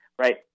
right